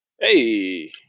Hey